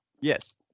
Yes